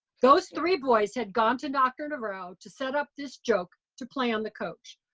those three boys had gone to dr. navarro to set up this joke to play on the coach.